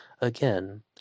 again